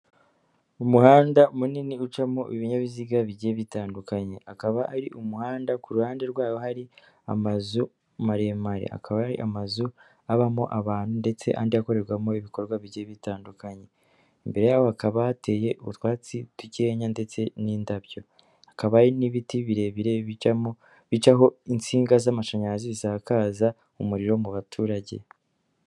Umuhanda munini ucamo ibinyabiziga bigiye bitandukanye, akaba ari umuhanda ku ruhande rwawo hari amazu maremare, akaba ari amazu abamo abantu ndetse andi akorerwamo ibikorwa bigiye bitandukanye. Imbere yaho hakaba hateye utwatsi dukeya ndetse n'indabyo, hakaba hari n'ibiti birebire bicaho insinga z'amashanyarazi zisakaza umuriro mu baturage.